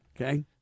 Okay